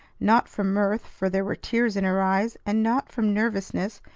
not from mirth, for there were tears in her eyes and not from nervousness,